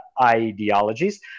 ideologies